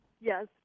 Yes